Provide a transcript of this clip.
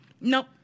Nope